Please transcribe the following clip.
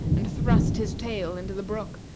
and thrust his tail into the brook,